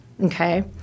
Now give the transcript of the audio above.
okay